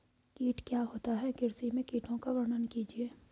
कीट क्या होता है कृषि में कीटों का वर्णन कीजिए?